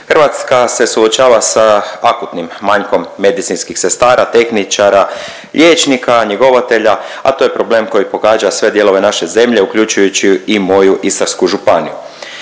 Hrvatska se suočava sa akutnim manjkom medicinskih sestara, tehničara, liječnika, njegovatelja, a to je problem koji pogađa sve dijelove naše zemlje, uključujući i moju Istarsku županiju.